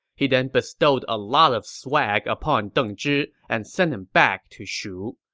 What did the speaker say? he then bestowed a lot of swag upon deng zhi and sent him back to shu.